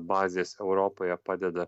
bazės europoje padeda